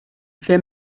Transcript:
fait